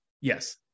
Yes